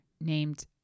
named